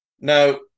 Now